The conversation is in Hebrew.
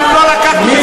אנחנו לא לקחנו,